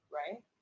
right